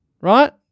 Right